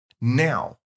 Now